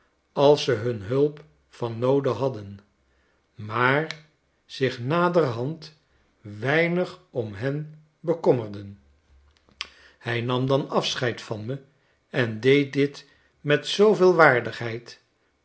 als ze hun hulp van noode hadden maar zich naderhand weinig om hen bekommerden hij nam dan afscheid van me en deed dit met zooveel waardigheid